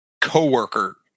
coworker